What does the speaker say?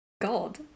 God